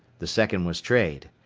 the second was trade.